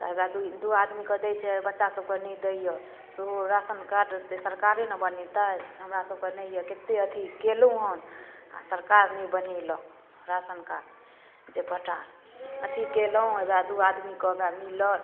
तऽ हौवे दुइ दुइ आदमीके दै छै बच्चासभके नहि दैए सेहो राशन कार्ड से सरकारे ने बनेतै हमरासभके नहि अइ कतेक अथी केलहुँ हँ आओर सरकार नहि बनेलक राशन कार्ड जाहिपटार अथी केलहुँ हौवे दुइ आदमीके हौवे मिलल